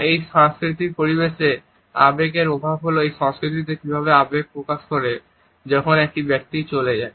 এই সাংস্কৃতিক পরিবেশে আবেগ বা এর অভাব হল সেই সংস্কৃতি কীভাবে আবেগ প্রকাশ করে যখন একজন ব্যক্তি চলে যায়